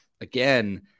again